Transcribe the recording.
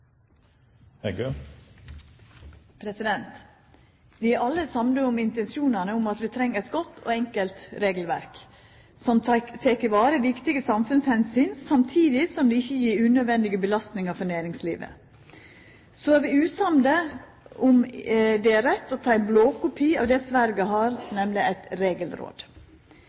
til. Vi er alle samde om intensjonane om at vi treng eit godt og enkelt regelverk, som tek i vare viktige samfunnsomsyn samtidig som det ikkje gjev unødvendige belastningar for næringslivet. Så er vi usamde om det er rett å ta ein blåkopi av det Sverige har, nemlig eit regelråd.